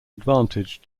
advantage